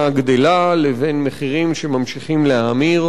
גדלה לבין מחירים שממשיכים להאמיר,